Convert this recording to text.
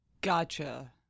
Gotcha